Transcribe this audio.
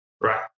Right